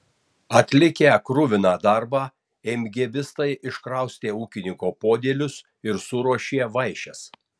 atlikę kruviną darbą emgėbistai iškraustė ūkininko podėlius ir suruošė vaišes